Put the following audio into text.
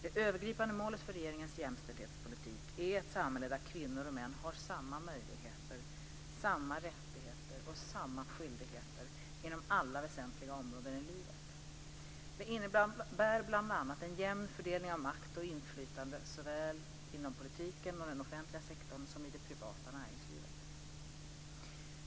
Det övergripande målet för regeringens jämställdhetspolitik är ett samhälle där kvinnor och män har samma möjligheter, rättigheter och skyldigheter inom alla väsentliga områden i livet. Det innebär bl.a. en jämn fördelning av makt och inflytande såväl inom politiken och den offentliga sektorn som i det privata näringslivet.